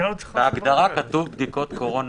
בהגדרה כתוב: בדיקות קורונה